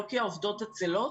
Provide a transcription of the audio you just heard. לא כי העובדות עצלות